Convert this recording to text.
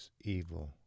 evil